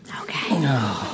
Okay